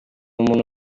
umuntu